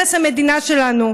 הרס המדינה שלנו.